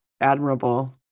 admirable